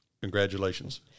Congratulations